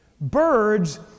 Birds